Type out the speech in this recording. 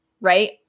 right